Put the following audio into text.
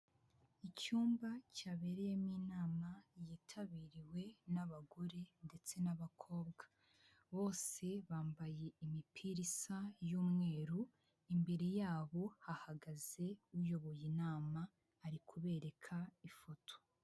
Icyumba cyabereyemo inama yitabiriwe n'abagore ndetse n'abakobwa, bose bambaye imipira isa y'umweru, imbere yabo hahagaze uyoboye inama, ari kubereka ifoto.